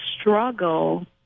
struggle